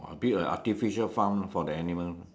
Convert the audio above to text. !wah! build a artificial farm for the animal